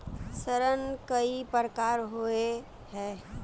ऋण कई प्रकार होए है?